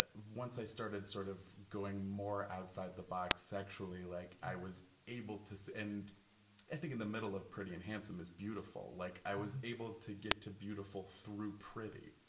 but once i started sort of going more outside the box sexually, like i was able to, so and i think in the middle of pretty and handsome is beautiful, like i was able to get to beautiful through pretty,